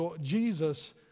Jesus